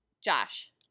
Josh